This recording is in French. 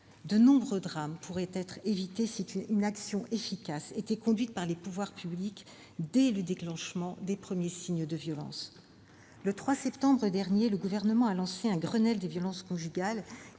De nombreux drames pourraient être évités si une action efficace était conduite par les pouvoirs publics dès le signalement des premiers faits de violence. Le 3 septembre dernier, le Gouvernement a lancé un Grenelle des violences conjugales,